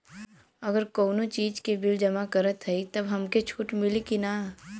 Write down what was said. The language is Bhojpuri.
अगर कउनो चीज़ के बिल जमा करत हई तब हमके छूट मिली कि ना?